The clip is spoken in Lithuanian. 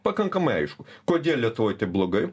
pakankamai aišku kodėl lietuvoj taip blogai